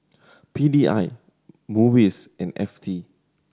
P D I MUIS and F T